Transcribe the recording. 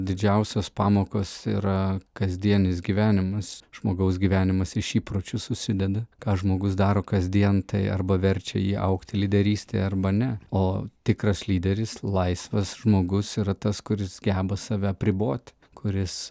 didžiausios pamokos yra kasdienis gyvenimas žmogaus gyvenimas iš įpročių susideda ką žmogus daro kasdien tai arba verčia jį augti lyderystė arba ne o tikras lyderis laisvas žmogus yra tas kuris geba save apriboti kuris